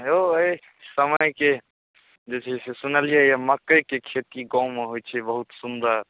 हेँ यौ अइ समयके जे छै से सुनलियै हइ मकइके खेती गाँवमे होइ छै बहुत सुन्दर